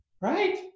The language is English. Right